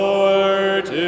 Lord